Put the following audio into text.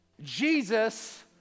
Jesus